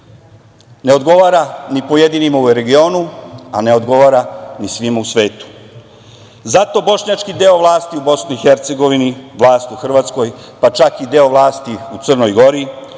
Ne odgovara ni pojedinima u regionu, a ne odgovara ni svima u svetu. Zato bošnjački deo vlasti u BiH, vlasti u Hrvatskoj, pa čak i deo vlasti u Crnoj Gori,